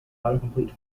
autocomplete